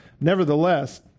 Nevertheless